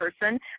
person